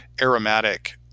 aromatic